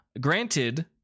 Granted